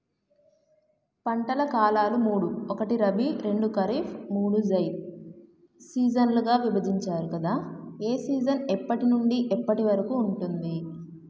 పంటల కాలాలు మూడు ఒకటి రబీ రెండు ఖరీఫ్ మూడు జైద్ సీజన్లుగా విభజించారు కదా ఏ సీజన్ ఎప్పటి నుండి ఎప్పటి వరకు ఉంటుంది?